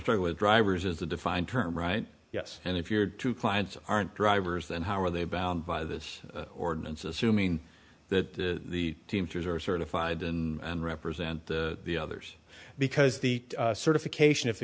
start with drivers as a defined term right yes and if your two clients aren't drivers then how are they bound by this ordinance assuming that the teamsters are certified and represent the the others because the certification if the